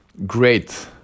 great